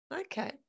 Okay